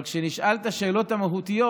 אבל כשנשאל את השאלות המהותיות,